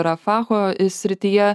rafaho srityje